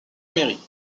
mairie